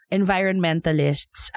environmentalists